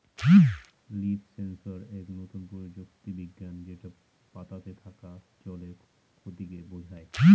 leaf sensor এক নতুন প্রযুক্তি বিজ্ঞান যেটা পাতাতে থাকা জলের ক্ষতিকে বোঝায়